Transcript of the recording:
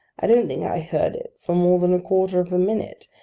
i don't think i heard it for more than a quarter of a minute,